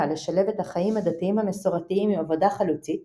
לשלב את החיים הדתיים המסורתיים עם עבודה חלוצית